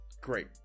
Great